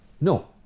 No